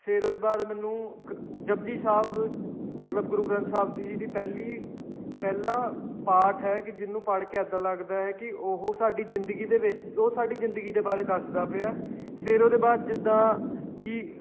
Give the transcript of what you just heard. ਫਿਰ ਉਹਦੇ ਬਾਅਦ ਮੈਨੂੰ ਕ ਜਪੁਜੀ ਸਾਹਿਬ ਮਤਲਬ ਗੁਰੂ ਗ੍ਰੰਥ ਸਾਹਿਬ ਦੀ ਜਿਹੜੀ ਪਹਿਲੀ ਪਹਿਲਾ ਪਾਠ ਹੈ ਕਿ ਜਿਹਨੂੰ ਪੜ੍ਹ ਕੇ ਇੱਦਾਂ ਲੱਗਦਾ ਹੈ ਕਿ ਉਹ ਸਾਡੀ ਜ਼ਿੰਦਗੀ ਦੇ ਵਿੱਚ ਉਹ ਸਾਡੀ ਜ਼ਿੰਦਗੀ ਦੇ ਬਾਰੇ ਦੱਸਦਾ ਪਿਆ ਫਿਰ ਉਹਦੇ ਬਾਅਦ ਜਿੱਦਾਂ ਕਿ